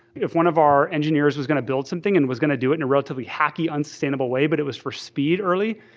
if one of our engineers was going to build something and was going to do it in a relatively hacky, unsustainable way, but it was for speed early,